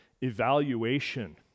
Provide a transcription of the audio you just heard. evaluation